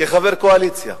כחבר קואליציה,